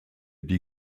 die